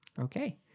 Okay